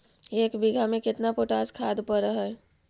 एक बिघा में केतना पोटास खाद पड़ है?